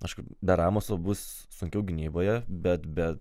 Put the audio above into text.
aišku be ramuso bus sunkiau gynyboje bet bet